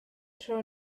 tro